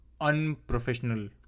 unprofessional